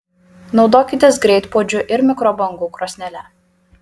naudokitės greitpuodžiu ir mikrobangų krosnele